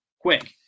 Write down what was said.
Quick